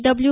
W